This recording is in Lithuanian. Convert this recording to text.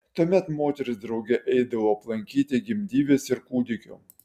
tuomet moterys drauge eidavo aplankyti gimdyvės ir kūdikio